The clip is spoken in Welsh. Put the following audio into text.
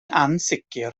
ansicr